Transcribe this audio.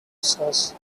sauce